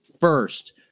first